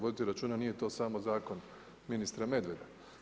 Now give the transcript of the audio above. Vodite računa nije to samo zakon ministra Medveda.